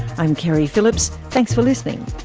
i'm keri phillips, thanks for listening